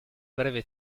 breve